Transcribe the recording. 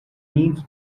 needs